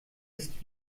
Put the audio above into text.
ist